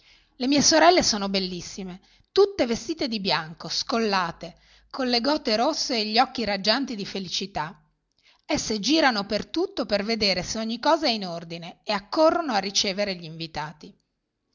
le mie sorelle sono bellissime tutte vestite di bianco scollate con le gote rosse e gli occhi raggianti di felicità esse girano per tutto per vedere se ogni cosa è in ordine e accorrono a ricevere gli invitati